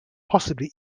possibly